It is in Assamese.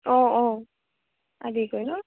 অঁ অঁ কয় ন